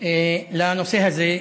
לנושא הזה,